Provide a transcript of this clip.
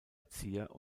erzieher